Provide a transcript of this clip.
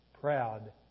proud